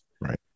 Right